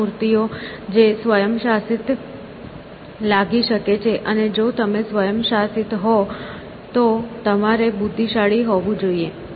આ મૂર્તિઓ જે સ્વયંશાસિત લાગી શકે છે અને જો તમે સ્વયંશાસિત હોય તો તમારે બુદ્ધિશાળી હોવું જોઈએ